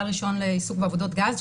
בעל רישיון לעיסוק בעבודות גז,